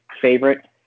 favorite